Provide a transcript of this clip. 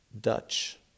Dutch